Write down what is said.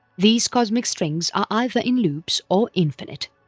these cosmic strings are either in loops or infinite.